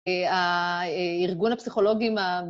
הארגון הפסיכולוגי מה...